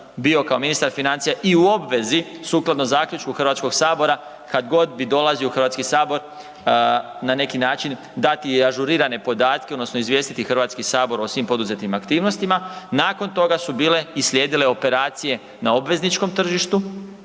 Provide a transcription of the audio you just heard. bio kao ministar financija i u obvezi sukladno zaključku HS kad god bi dolazio u HS na neki način dati ažurirane podatke odnosno izvijestiti HS o svim poduzetim aktivnostima, nakon toga su bile i slijedile operacije na obvezničkom tržištu,